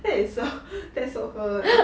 that is so that is so her lah